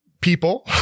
people